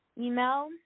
Email